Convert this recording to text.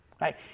Right